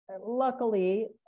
luckily